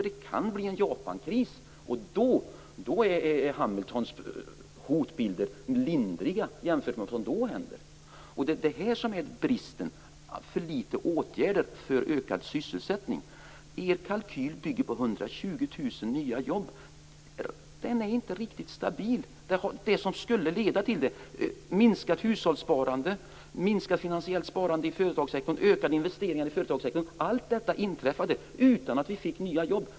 Det kan också bli en Japankris, och då är Hamiltons hotbilder lindriga i förhållande till vad som då händer. Bristen är att det är för litet åtgärder för ökad sysselsättning. Er kalkyl bygger på 120 000 nya jobb. Den är inte riktigt stabil. Det som skulle leda till detta var minskat hushållssparande, minskat finansiellt sparande i företagssektorn och ökade investeringar i företagssektorn. Allt detta inträffade utan att vi fick nya jobb.